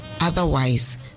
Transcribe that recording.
Otherwise